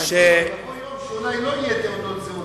יבוא יום שאולי לא יהיו תעודות זהות,